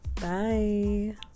bye